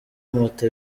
moto